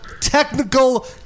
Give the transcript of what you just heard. technical